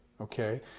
Okay